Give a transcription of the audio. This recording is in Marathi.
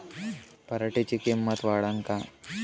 पराटीची किंमत वाढन का?